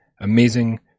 amazing